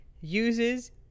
uses